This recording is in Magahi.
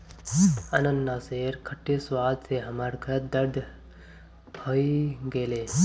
अनन्नासेर खट्टे स्वाद स हमार गालत दर्द हइ गेले